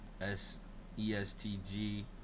S-E-S-T-G